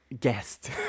guest